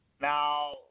Now